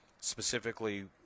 specifically